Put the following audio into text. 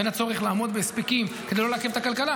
בין הצורך לעמוד בהספקים כדי לא לעכב את הכלכלה,